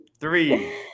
Three